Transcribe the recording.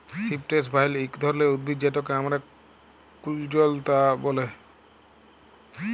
cypress vine ইক ধরলের উদ্ভিদ যেটকে আমরা কুল্জলতা ব্যলে